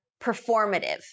performative